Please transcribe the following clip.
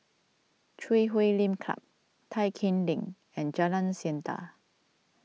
Chui Huay Lim Club Tai Keng Lane and Jalan Siantan